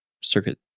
circuit